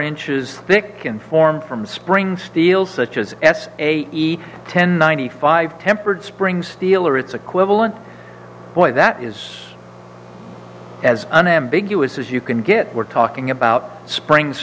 inches thick can form from spring steel such as s a t ten ninety five tempered spring steel or its equivalent boy that is as unambiguous as you can get we're talking about spring